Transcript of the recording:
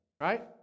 Right